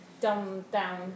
dumbed-down